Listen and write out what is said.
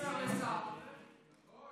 אולי